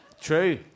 True